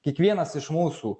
kiekvienas iš mūsų